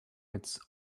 its